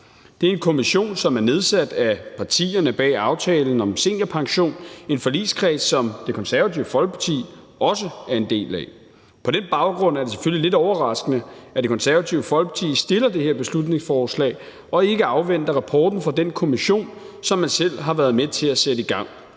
Det er en kommission, som er nedsat af partierne bag aftalen om seniorpension, en forligskreds, som Det Konservative Folkeparti også er en del af. På den baggrund er det selvfølgelig lidt overraskende, at Det Konservative Folkeparti fremsætter det her beslutningsforslag og ikke afventer rapporten fra den kommission, som man selv har været med til at sætte i gang.